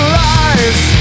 lies